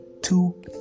two